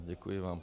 Děkuji vám.